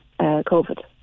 COVID